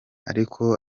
ariko